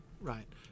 right